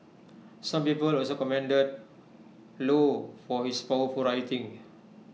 some people also commended low for his powerful writing